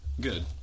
good